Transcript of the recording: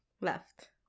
Left